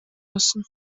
müssen